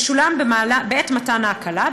ישולם בעת מתן ההקלה,